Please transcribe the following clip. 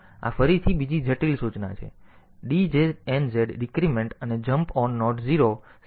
તેથી આ ફરીથી બીજી જટિલ સૂચના છે DJNZ ડીક્રીમેન્ટ અને જમ્પ ઓન નોટ 0 છે